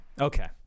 Okay